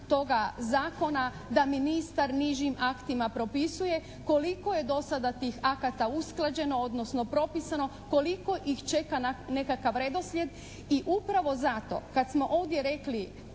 toga zakona da ministar nižim aktima propisuje koliko je do sada tih akata usklađeno odnosno propisano, koliko ih čeka na nekakav redoslijed i upravo zato kad smo ovdje rekli